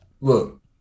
Look